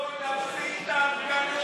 לא נפסיק את ההפגנות,